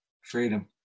Freedom